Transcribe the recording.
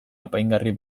apaingarri